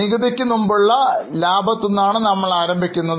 നികുതി ക്ക് മുമ്പുള്ള ലാഭത്തിൽ നിന്നാണ് നമ്മൾ ആരംഭിക്കുന്നത്